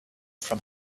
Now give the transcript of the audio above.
from